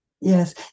yes